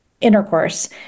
intercourse